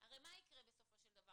הרי מה יקרה בסופו של דבר?